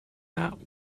not